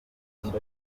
mufite